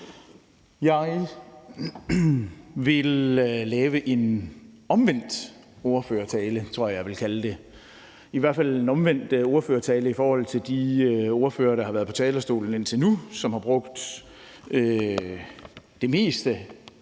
Jeg vil lave en omvendt ordførertale, tror jeg at jeg vil kalde det, i hvert fald en omvendt ordførertale i forhold til de ordførere, der har været på talerstolen indtil nu, og som har brugt det meste